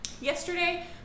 yesterday